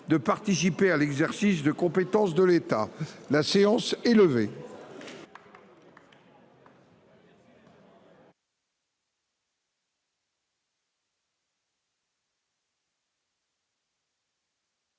de participer à l'exercice de compétence de l'État. La séance est levée.